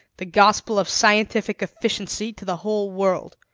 the gospel of scientific efficiency to the whole world.